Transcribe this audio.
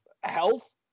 health